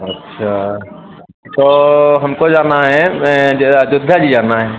अच्छा तो हमको जाना है ये अयोध्या जी जाना है